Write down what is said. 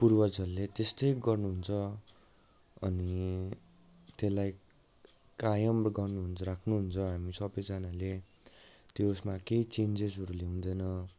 पुर्वजहरूले त्यस्तै गर्नुहुन्छ अनि त्यसलाई कायम गर्नुहुन्छ राख्नुहुन्छ हामी सबैजनाले त्यो उसमा केही चेन्जेसहरू ल्याउँदैन